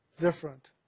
different